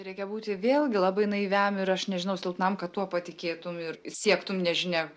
reikia būti vėlgi labai naiviam ir aš nežinau silpnam kad tuo patikėtum ir siektum nežinia